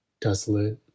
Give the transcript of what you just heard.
desolate